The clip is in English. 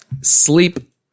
sleep